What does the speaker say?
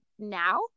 now